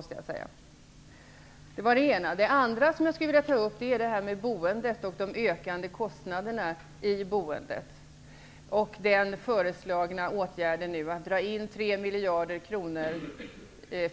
Detta var det ena. Det andra som jag vill ta upp är frågorna om boendet och de ökande kostnaderna för boendet samt den nu föreslagna åtgärden att dra in tre miljarder kronor